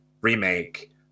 remake